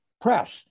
press